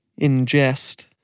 ingest